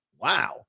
Wow